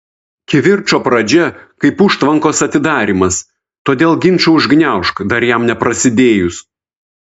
kivirčo pradžia kaip užtvankos atidarymas todėl ginčą užgniaužk dar jam neprasidėjus